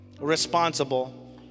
responsible